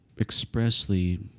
expressly